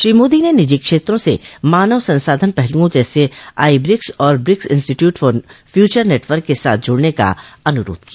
श्री मोदी ने निजी क्षेत्रों से मानव संसाधन पहलुओं जैसे आई ब्रिक्स और BRICS institute of future network के साथ जुड़ने का अनुरोध किया